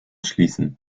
schließen